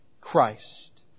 Christ